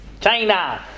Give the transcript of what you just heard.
China